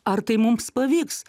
ar tai mums pavyks